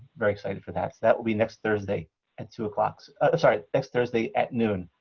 very excited for that. so that will be next thursday at two o'clock sorry, next thursday at noon,